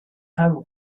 have